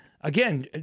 again